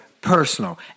personal